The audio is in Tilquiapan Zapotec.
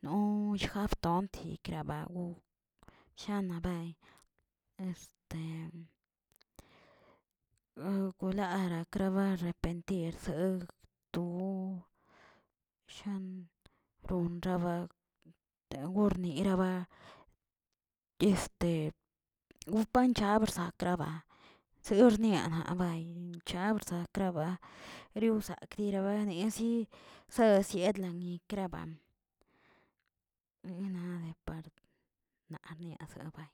no jabtonti grabau shana bey este ukralara krabara repentir sogə do san ronraba de gorniraba este wpranchab sakraba, seornianaba linchabsakraba reusak dirabanizyi sociedlani keraban, nina de part naa niazeꞌ bay.